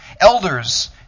Elders